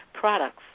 products